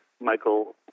Michael